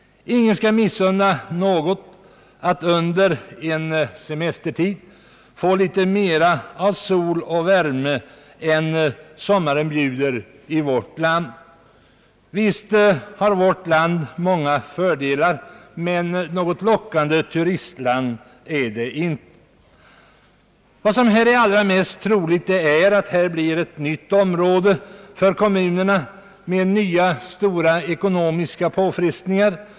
Ingen skall missunna någon att under sin semester få litet mer av sol och värme än sommaren bjuder i vårt land. Visst har Sverige många fördelar, men något lockande turistland är det inte. Det allra mest troliga är att detta blir ett nytt område för kommunerna med nya stora ekonomiska påfrestningar.